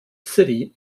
city